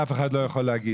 את זה אף אחד לא יכול להגיד.